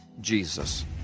Jesus